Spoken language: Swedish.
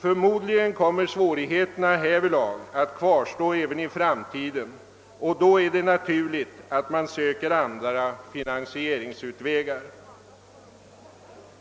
Förmodligen kommer svårigheterna att kvarstå även i framtiden, och då är det naturligt att man söker andra finansieringsvägar.